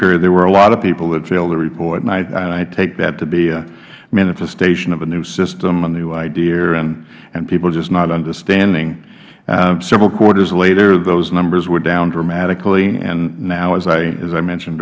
period there were a lot of people that failed the report and i take that to be a manifestation of a new system a new idea and people just not understanding several quarters later those numbers were down dramatically and now as i mentioned